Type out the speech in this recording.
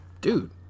Dude